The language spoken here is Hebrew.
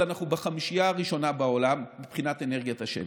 אבל אנחנו בחמישייה הראשונה בעולם מבחינת אנרגיית השמש,